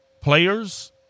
players